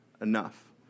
enough